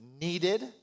needed